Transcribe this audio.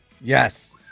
Yes